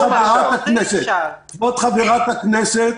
כבוד חברת הכנסת,